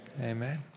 Amen